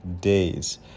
days